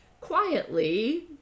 quietly